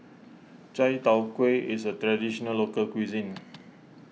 Chai Tow Kway is a Traditional Local Cuisine